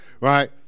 right